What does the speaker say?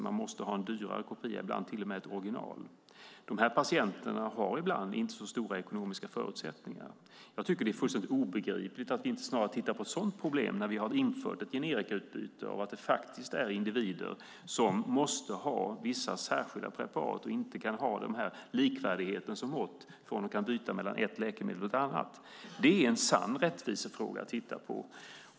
De måste ha en dyrare kopia, ibland till och med ett original. De här patienterna har ibland inte så stora ekonomiska förutsättningar. Jag tycker att det är fullständigt obegripligt att vi inte snarare tittar på ett sådant problem när vi har infört ett generikautbyte och det faktiskt finns individer som måste ha vissa preparat och som inte kan ha den här likvärdigheten som mått för om de kan byta mellan ett läkemedel och ett annat. Det är en sann rättvisefråga att titta på.